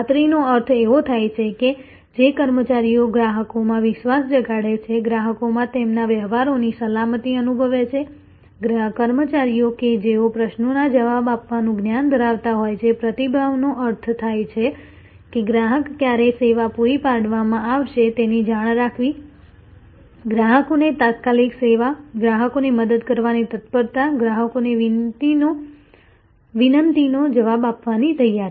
ખાતરીનો અર્થ એવો થાય છે કે જે કર્મચારીઓ ગ્રાહકોમાં વિશ્વાસ જગાડે છે ગ્રાહકોને તેમના વ્યવહારોમાં સલામતી અનુભવે છે કર્મચારીઓ કે જેઓ પ્રશ્નોના જવાબ આપવાનું જ્ઞાન ધરાવતા હોય છે પ્રતિભાવનો અર્થ થાય છે કે ગ્રાહકને ક્યારે સેવા પૂરી પાડવામાં આવશે તેની જાણ રાખવી ગ્રાહકોને તાત્કાલિક સેવા ગ્રાહકોને મદદ કરવાની તત્પરતા ગ્રાહકોની વિનંતીનો જવાબ આપવાની તૈયારી